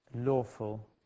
lawful